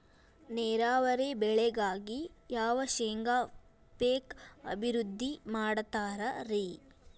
ನೇರಾವರಿ ಬೆಳೆಗಾಗಿ ಯಾವ ಶೇಂಗಾ ಪೇಕ್ ಅಭಿವೃದ್ಧಿ ಮಾಡತಾರ ರಿ?